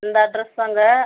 இந்த அட்ரஸ்தாங்க